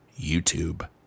YouTube